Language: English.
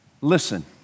Listen